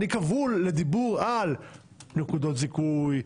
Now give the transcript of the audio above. אני כבול לדיבור על נקודות זיכוי,